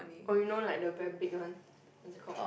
or you know like the very big one what's it call